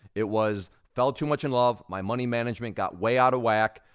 it was, fell too much in love. my money management got way out of whack,